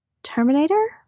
terminator